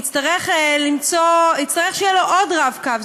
יצטרך שיהיה לו עוד "רב-קו".